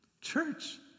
Church